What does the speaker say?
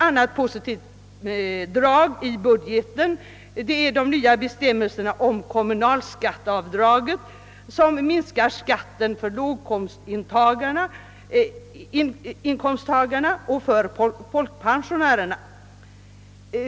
annat positivt drag i budgeten är de nya bestämmelserna om kommunalskatteavdraget som minskar skatten för låginkomsttagarna och. folkpensionärerna.